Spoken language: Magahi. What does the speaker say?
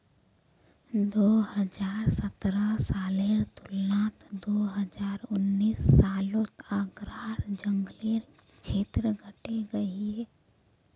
दो हज़ार सतरह सालेर तुलनात दो हज़ार उन्नीस सालोत आग्रार जन्ग्लेर क्षेत्र घटे गहिये